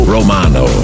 Romano